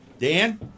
Dan